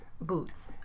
boots